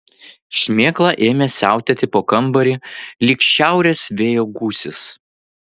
šmėkla ėmė siautėti po kambarį lyg šiaurės vėjo gūsis